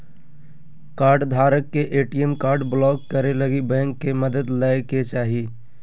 कार्डधारक के ATM card block करे लगी बैंक के मदद लय के चाही